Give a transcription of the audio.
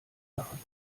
machen